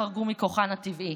חרגו מכוחן הטבעי.